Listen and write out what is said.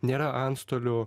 nėra antstolio